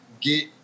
get